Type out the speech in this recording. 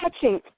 touching